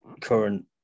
current